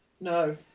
No